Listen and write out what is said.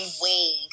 wing